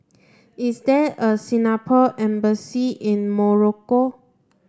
is there a Singapore embassy in Morocco